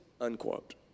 unquote